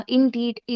Indeed